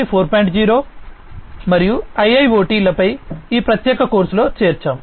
0 మరియు IIoT లపై ఈ ప్రత్యేక కోర్సులో చేర్చాము